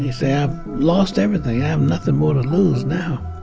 he said, i've lost everything i have nothing more to lose now